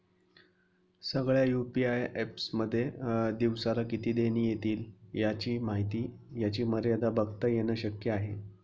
सगळ्या UPI apps मध्ये दिवसाला किती देणी एतील याची मर्यादा बघता येन शक्य आहे